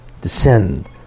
descend